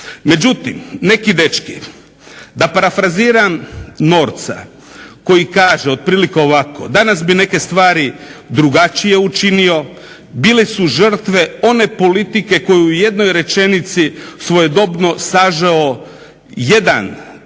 Međutim, neki dečki da parafraziram Norca koji kaže otprilike ovako, danas bi neke stvari drugačije učinio, bile su žrtve one politike koju je u jednoj rečenici svojedobno sažeo jedan ustavni